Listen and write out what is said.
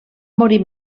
morir